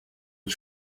are